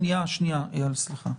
איל, סליחה.